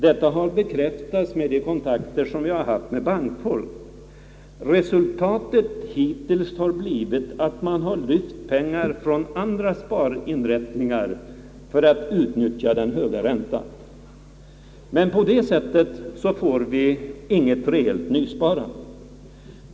Detta har bekräftats vid de kontakter jag haft med bankfolk. Resultatet hittills har blivit, att man lyft pengar från andra sparinrättningar och placerat dem i detta lån för att utnyttja den höga räntan. På det sättet får vi inget reellt nysparande.